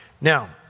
Now